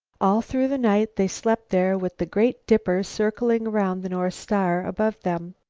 all through the night they slept there with the great dipper circling around the north star above them,